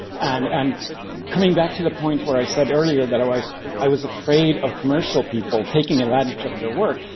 and and coming back to the point where i said earlier that i was i was afraid of commercial people taking advantage of your work,